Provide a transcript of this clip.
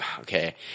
okay